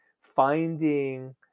finding